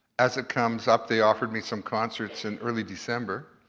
as it comes up, they offered me some concerts in early december,